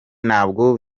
ntabwo